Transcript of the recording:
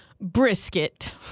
brisket